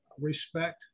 respect